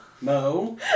Mo